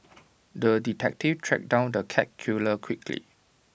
the detective tracked down the cat killer quickly